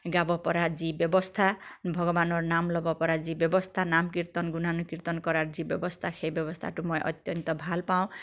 গাব পৰা যি ব্যৱস্থা ভগৱানৰ নাম ল'ব পৰা যি ব্যৱস্থা নাম কীৰ্তন গুণানুকীৰ্তন কৰাৰ যি ব্যৱস্থা সেই ব্যৱস্থাটো মই অত্যন্ত ভাল পাওঁ